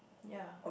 ya